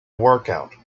workout